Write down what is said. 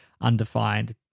undefined